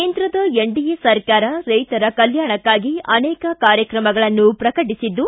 ಕೇಂದ್ರದ ಎನ್ಡಿಎ ಸರ್ಕಾರ ರೈತರ ಕಲ್ಯಾಣಕ್ಕಾಗಿ ಅನೇಕ ಕಾರ್ಯಕ್ರಮಗಳನ್ನು ಪ್ರಕಟಿಸಿದ್ದು